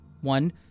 One